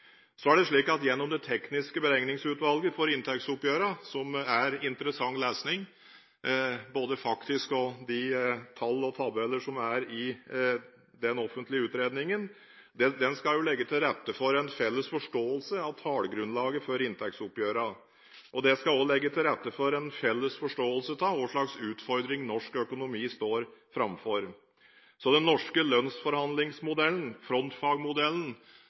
Så er det slik at den offentlige utredningen fra Det tekniske beregningsutvalget for inntektsoppgjørene – som er interessant lesning både faktisk og når det gjelder de tall og tabeller som er i den – skal legge til rette for den felles forståelse av tallgrunnlaget for inntektsoppgjørene. Det skal òg legge til rette for en felles forståelse av hva slags utfordringer norsk økonomi står framfor. Den norske lønnsforhandlingsmodellen